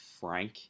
Frank